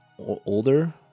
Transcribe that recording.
older